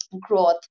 growth